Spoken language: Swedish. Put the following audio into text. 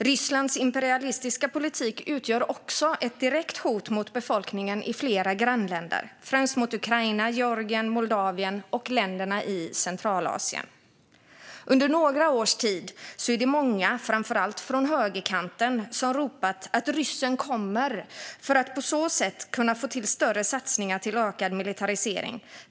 Rysslands imperialistiska politik utgör också ett direkt hot mot befolkningen i flera grannländer, främst mot Ukraina, Georgien, Moldavien och länderna i Centralasien. Under några års tid är det många, framför allt från högerkanten, som ropat att ryssen kommer för att på så sätt få till större satsningar på ökad militarisering.